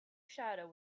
shadow